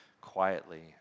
quietly